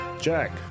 Jack